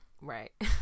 Right